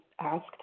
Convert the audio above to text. asked